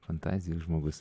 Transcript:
fantazijų žmogus